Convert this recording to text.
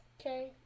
Okay